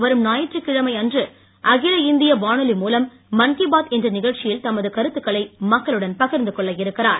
வரும் ஞாயிறு அன்று அகில இந்திய வானொலி மூலம் மன் இ பாத் என்ற நிகழ்ச்சியில் தமது கருத்துக்களை மக்களுடன் பகிர்ந்து கொள்ள இருக்கிறார்